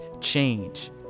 change